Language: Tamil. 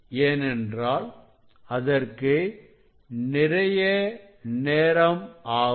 ஏனென்றால் அதற்கு நிறைய நேரம் ஆகும்